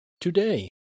today